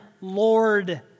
Lord